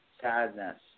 sadness